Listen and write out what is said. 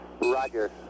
Roger